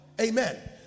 Amen